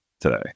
today